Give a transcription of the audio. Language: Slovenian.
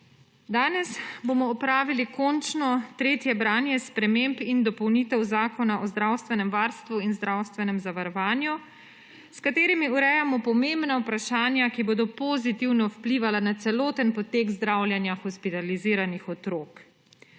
Danes bomo opravili končno, tretje branje sprememb in dopolnitev Zakona o zdravstvenem varstvu in zdravstvenem zavarovanju, s katerimi urejamo pomembna vprašanja, ki bodo pozitivno vplivala na celoten potek zdravljenja hospitaliziranih otrok.